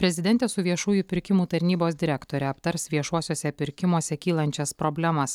prezidentė su viešųjų pirkimų tarnybos direktore aptars viešuosiuose pirkimuose kylančias problemas